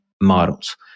models